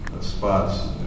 spots